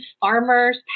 farmers